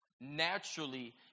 naturally